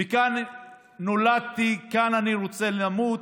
כאן נולדתי וכאן אני רוצה למות,